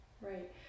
right